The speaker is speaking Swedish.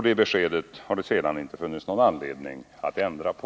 Det beskedet har det sedan inte funnits någon anledning att ändra på.